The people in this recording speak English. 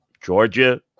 Georgia